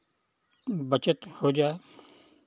बचत हो जाए